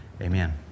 Amen